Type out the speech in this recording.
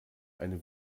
eine